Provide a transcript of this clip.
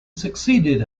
succeeded